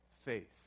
faith